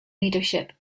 leadership